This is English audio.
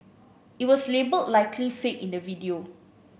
it was labelled Likely Fake in the video